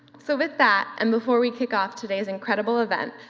so with that and before we kick off today's incredible event,